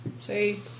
See